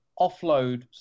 offload